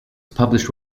published